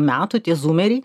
metų tie zūmeriai